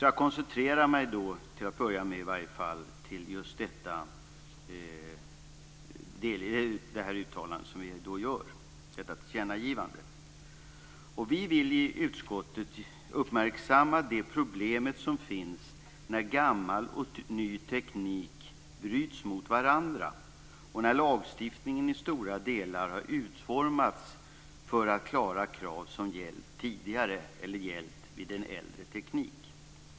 Jag koncentrerar mig till att börja med på tillkännagivandet. Vi i utskottet vill uppmärksamma det problem som uppstår när gammal och ny teknik bryts mot varandra. Lagstiftningen har i stora delar utformats för att klara krav som gällt tidigare då man haft en äldre teknik.